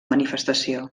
manifestació